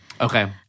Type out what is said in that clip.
Okay